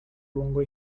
lungo